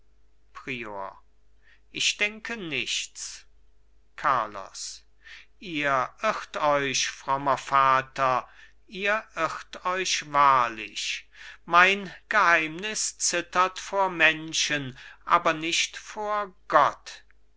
prior ich denke nichts carlos ihr irrt euch frommer vater ihr irrt euch wahrlich mein geheimnis zittert vor menschen aber nicht vor gott